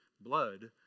blood